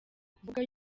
kuvuga